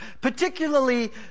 particularly